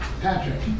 Patrick